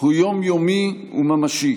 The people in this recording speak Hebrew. הוא יום-יומי וממשי.